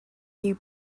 you